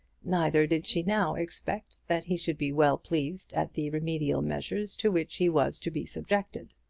neither did she now expect that he should be well pleased at the remedial measures to which he was to be subjected.